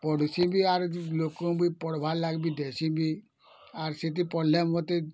ପଢୁଛି ବି ଆର୍ ଲୋକଙ୍କୁ ବି ପଢ଼୍ବାର୍ ଲାଗି ଦେଇଛି ବି ଆର୍ ସେଇଠି ପଢ଼ିଲେ ମୋତେ